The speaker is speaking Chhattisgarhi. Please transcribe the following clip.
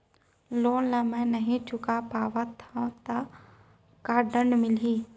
लोन ला मैं नही चुका पाहव त का दण्ड मिलही?